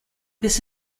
this